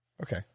okay